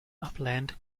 upland